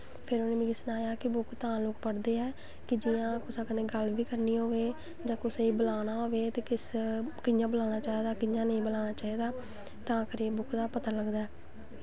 फिर उ'नें मिगी सनाया कि बुक्क तां लोग पढ़दे न कि जि'यां कुसै कन्नै गल्ल बी करनी होऐ जां कुसै गी बलाना होऐ ते किस कि'यां बलाना चाहिदा कि'यां नेईं बलाना चाहिदा तां करियै बुक्क दा पता लगदा ऐ